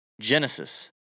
Genesis